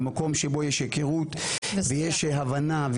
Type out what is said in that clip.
במקום שבו יש היכרות ויש הבנה,